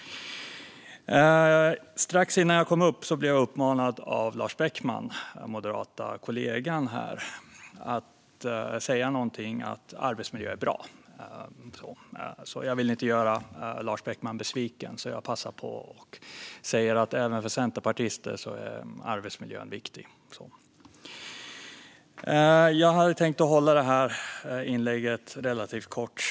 Strax innan jag gick upp blev jag uppmanad av min moderata kollega Lars Beckman att säga någonting om att arbetsmiljö är bra. Jag vill inte göra Lars Beckman besviken, så jag passar på att säga att även för centerpartister är arbetsmiljön viktig. Jag hade tänkt att hålla det här inlägget relativt kort.